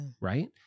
right